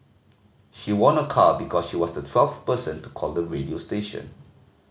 she won a car because she was the twelfth person to call the radio station